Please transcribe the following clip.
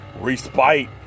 Respite